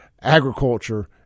agriculture